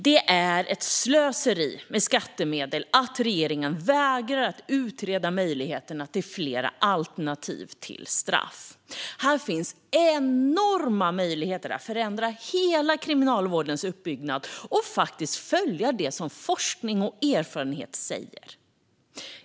Det är slöseri med skattemedel att regeringen vägrar att utreda möjligheterna till fler alternativ till straff. Här finns enorma möjligheter att förändra hela kriminalvårdens uppbyggnad och faktiskt följa det som forskning och erfarenhet säger.